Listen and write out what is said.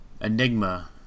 Enigma